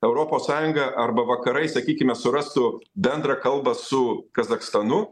europos sąjunga arba vakarai sakykime surastų bendrą kalbą su kazachstanu